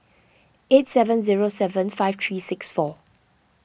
eight seven zero seven five three six four